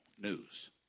news